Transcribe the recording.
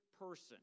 person